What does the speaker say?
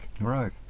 Right